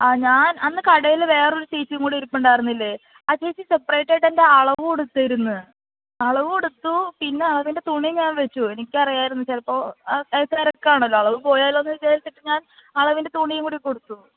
ആ ഞാൻ അന്ന് കടയിൽ വേറൊരു ചേച്ചികൂടി ഇരിപ്പുണ്ടായിരുന്നില്ലേ ആ ചേച്ചി സെപറേറ്റ് ആയിട്ടെൻ്റെ അളവും എടുത്തിരുന്നു അളവും എടുത്തു പിന്നെ അളവിൻ്റെ തുണിയും ഞാൻ വച്ചു എനിക്കറിയായിരുന്നു ചിലപ്പോൾ തിരക്കാണല്ലോ അളവ് പോയാലോ എന്ന് വിചാരിച്ചിട്ട് ഞാൻ അളവിൻ്റെ തുണിയും കൂടി കൊടുത്തു